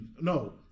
No